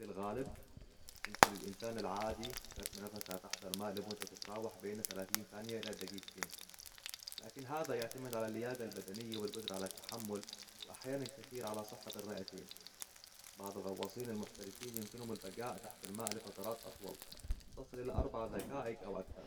في الغالب يمكن للإنسان العادي كتم نفسه تحت الماء لمده تتراوح بين ثلاثين ثانية إلى دقيقتين. لكن هذا يعتمد على اللياقه البدنية والقدره على التحمل. وأحياناً كثير على صحه الرئتين. بعض الغواصين المحترفين يمكنهم البقاء تحت الماء لفترات أطول تصل الي اربع دقائق او اكثر.